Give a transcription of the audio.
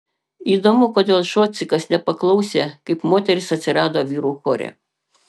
įdomu kodėl šocikas nepaklausė kaip moteris atsirado vyrų chore